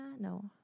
No